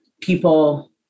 people